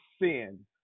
sin